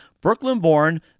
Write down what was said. Brooklyn-born